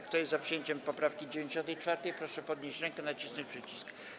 Kto jest za przyjęciem poprawki 94., proszę podnieść rękę i nacisnąć przycisk.